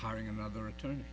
hiring another attorney